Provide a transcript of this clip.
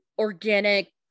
organic